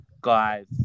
guys